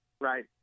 right